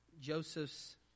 Joseph's